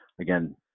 Again